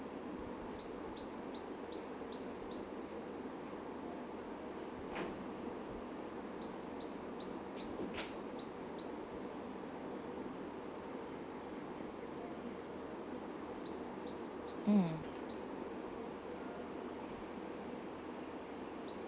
mm